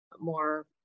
more